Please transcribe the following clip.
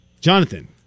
Jonathan